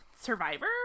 Survivor